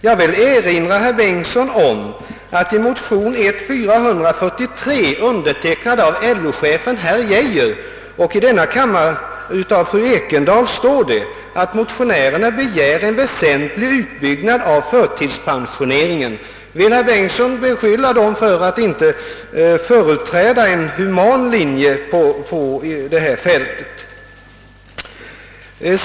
Jag vill erinra herr Bengtsson om att i likalydande motionerna I: 443 och 11I:557, undertecknade av respektive LO-chefen herr Geijer och av fru Ekendahl, begär motionärerna en väsentlig utbyggnad av förtidspensioneringen. Vill herr Bengtsson beskylla dem för att inte företräda en human linje här?